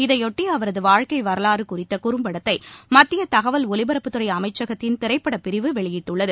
இதையொட்டி அவரது வாழ்க்கை வரவாறு குறித்த குறும்படத்தை மத்திய தகவல் ஒலிபரப்புத்துறை அமைச்சகத்தின் திரைப்படப்பிரிவு வெளியிட்டுள்ளது